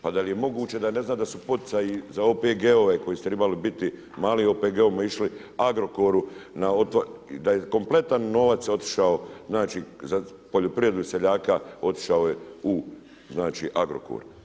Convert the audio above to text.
Pa da li je moguće da ne zna da su poticaji za OPG-ove koji su trebali biti mali OPG-ovi išli Agrokoru, da je kompletan novac otišao, znači za poljoprivredu i seljaka otišao je u znači Agrokor.